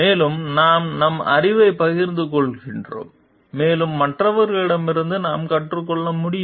மேலும் நாம் நம் அறிவைப் பகிர்ந்து கொள்கிறோம் மேலும் மற்றவர்களிடமிருந்து நாம் கற்றுக்கொள்ள முடியும்